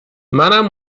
منم